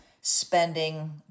spending